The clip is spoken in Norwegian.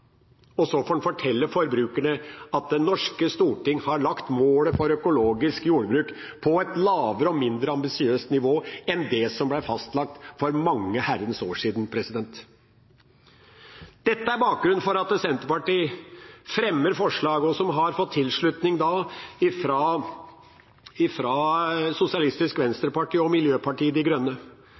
og så får en fortelle forbrukerne at Det norske storting har lagt målet for økologisk jordbruk på et lavere og mindre ambisiøst nivå enn det som ble fastlagt for mange herrens år siden. Dette er bakgrunnen for at Senterpartiet fremmer forslag, som har fått tilslutning fra Sosialistisk Venstreparti og Miljøpartiet De Grønne.